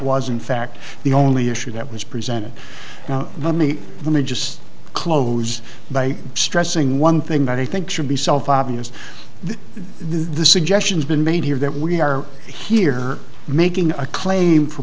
was in fact the only issue that was presented and let me let me just close by stressing one thing that i think should be self obvious the suggestions been made here that we are here making a claim for